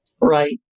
Right